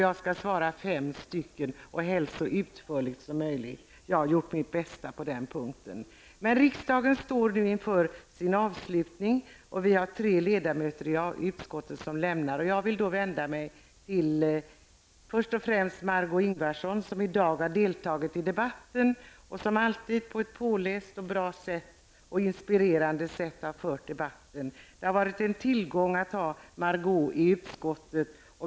Jag skall svara fem personer, helst så utförligt som möjligt. Jag har på den punkten gjort mitt bästa. Riksdagen står nu inför sin avslutning, och tre ledamöter lämnar nu detta arbete. Jag vill då först och främst vända mig till Margó Ingvardsson, som i dag deltagit i debatten. Det har hon som vanligt gjort på ett påläst och bra sätt. Hon har fört debatten på ett inspirerande sätt. Det har varit en tillgång att ha Margó Ingvardsson i utskottet.